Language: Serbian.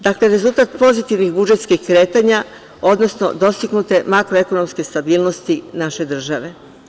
Dakle, rezultat pozitivnih budžetskih kretanja, odnosno dostignute makro-ekonomske stabilnosti naše države.